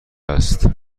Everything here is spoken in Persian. است